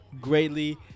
greatly